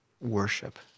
worship